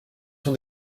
son